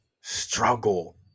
struggle